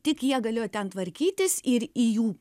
tik jie galėjo ten tvarkytis ir į jų